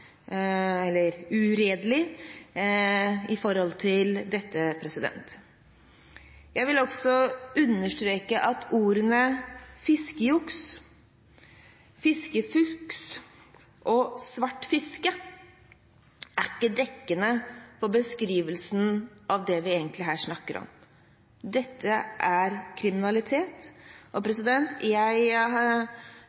eller uredelig når det gjelder dette. Jeg vil også understreke at ordene «fiskejuks», «fiskefusk» og «svartfiske» ikke er dekkende for beskrivelsen av det vi egentlig snakker om her. Dette er kriminalitet, og